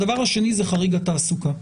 הדבר השני הוא חריג התעסוקה.